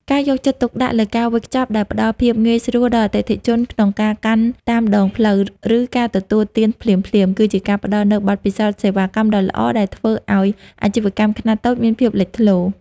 ការយកចិត្តទុកដាក់លើការវេចខ្ចប់ដែលផ្ដល់ភាពងាយស្រួលដល់អតិថិជនក្នុងការកាន់តាមដងផ្លូវ ឬការទទួលទានភ្លាមៗ គឺជាការផ្ដល់នូវបទពិសោធន៍សេវាកម្មដ៏ល្អដែលធ្វើឱ្យអាជីវកម្មខ្នាតតូចមានភាពលេចធ្លោ។